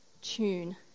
tune